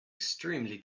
extremely